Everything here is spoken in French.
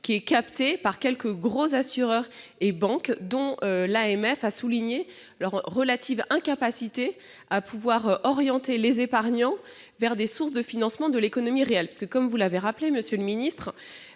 vie est capté par quelques gros assureurs et banques, dont l'AMF a souligné la relative incapacité à orienter les épargnants vers des sources de financement de l'économie réelle. Comme vous l'avez rappelé, monsieur le ministre,